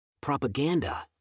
Propaganda